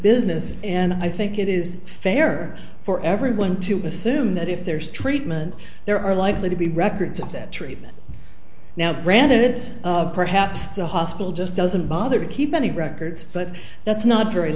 business and i think it is fair for everyone to assume that if there is treatment there are likely to be records of that treatment now granted perhaps the hospital just doesn't bother to keep any records but that's not very